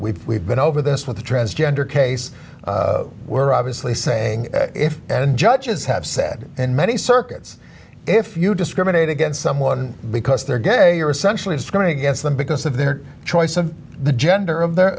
we've we've been over this with a transgender case we're obviously saying if and judges have said in many circuits if you discriminate against someone because they're gay or essentially it's going against them because of their choice of the gender of the